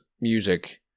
music